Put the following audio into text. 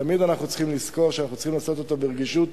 אנחנו תמיד צריכים לזכור שאנחנו צריכים לעשות אותו ברגישות